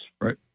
Right